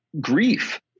grief